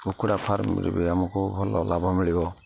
କୁକୁଡ଼ା ଫାର୍ମ ମିଳିବେ ଆମକୁ ଭଲ ଲାଭ ମିଳିବ